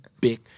big